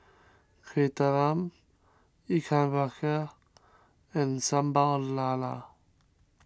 Kueh Talam Ikan Bakar and Sambal Lala